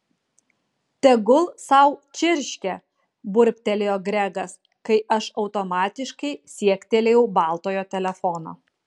tegul sau čirškia burbtelėjo gregas kai aš automatiškai siektelėjau baltojo telefono